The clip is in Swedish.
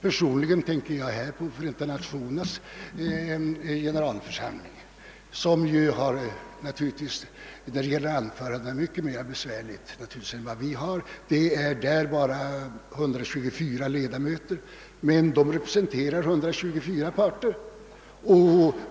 Personligen tänker jag härvid på Förenta Nationernas generalförsamling som när det gäller anförandena naturligtvis har mycket större besvärligheter än vi. Det är där visserligen bara 124 ledamöter men de representerar 124 parter.